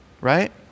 right